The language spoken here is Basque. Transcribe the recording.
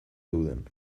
zeuden